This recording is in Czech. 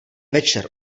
večer